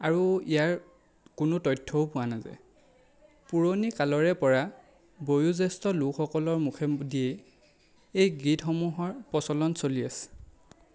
আৰু ইয়াৰ কোনো তথ্যও পোৱা নাযায় পুৰণি কালৰে পৰা বয়োজ্যেষ্ঠ লোকসকলৰ মুখেদিয়েই এই গীতসমূহৰ প্ৰচলন চলি আছে